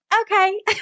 Okay